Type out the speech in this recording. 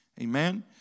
Amen